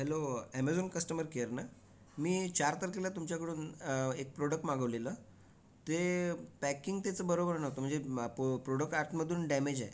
hello Amazon customer care ना मी चार तारखेला तुमच्याकडून एक प्रोडक्ट मागवलेलं ते पॅकिंग त्याचं बरोबर नव्हतं म्हणजे पो प्रोडक्ट आतमधून डॅमेज आहे